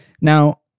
Now